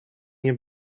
nie